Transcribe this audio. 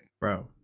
bro